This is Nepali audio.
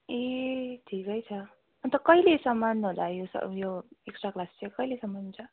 ए ठिकै छ अन्त कहिलेसम्म होला यो उयो एक्स्ट्रा क्लास चाहिँ कहिलेसम्म हुन्छ